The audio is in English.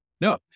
No